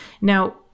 Now